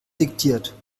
diktiert